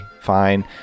fine